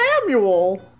Samuel